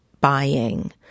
buying